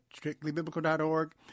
Strictlybiblical.org